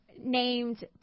named